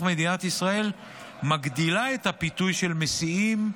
מדינת ישראל מגדיל את הפיתוי של מסיעים,